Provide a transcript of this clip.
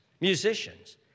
Musicians